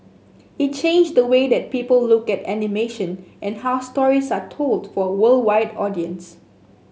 it changed the way that people look at animation and how stories are told for a worldwide audience